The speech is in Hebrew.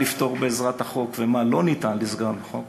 לפתור בעזרת החוק ומה לא ניתן לפתור בעזרת החוק,